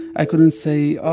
i couldn't say,